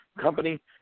company